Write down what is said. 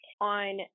on